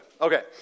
Okay